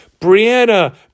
Brianna